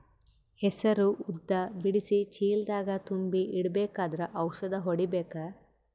ಹೆಸರು ಉದ್ದ ಬಿಡಿಸಿ ಚೀಲ ದಾಗ್ ತುಂಬಿ ಇಡ್ಬೇಕಾದ್ರ ಔಷದ ಹೊಡಿಬೇಕ?